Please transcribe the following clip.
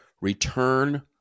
return